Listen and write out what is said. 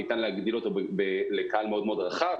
ניתן להגדיל אותו לקהל מאוד רחב,